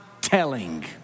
telling